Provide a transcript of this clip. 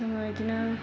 जोङो बेदिनो